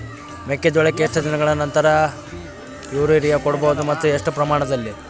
ಮೆಕ್ಕೆಜೋಳಕ್ಕೆ ಎಷ್ಟು ದಿನಗಳ ನಂತರ ಯೂರಿಯಾ ಕೊಡಬಹುದು ಮತ್ತು ಎಷ್ಟು ಪ್ರಮಾಣದಲ್ಲಿ?